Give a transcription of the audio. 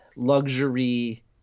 luxury